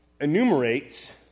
enumerates